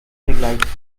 vergleich